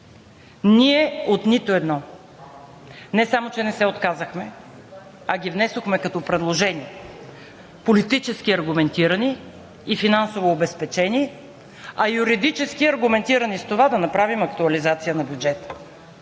Ние от нито едно! Не само че не се отказахте, а ги внесохме, като предложения, политически аргументирани и финансово обезпечени, а и юридически аргументирани с това да направим актуализация на бюджета.